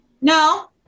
No